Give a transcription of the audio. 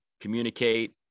communicate